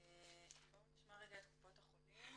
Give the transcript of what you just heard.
בואו נשמע רגע את קופות החולים,